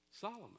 Solomon